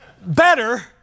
better